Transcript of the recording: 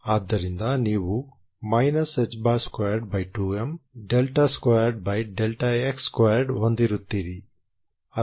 ಆದ್ದರಿಂದ ನೀವು ħ22m2x2 ಹೊಂದಿರುತ್ತೀರಿ